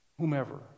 whomever